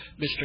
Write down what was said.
Mr